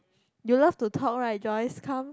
you love to talk right Joyce come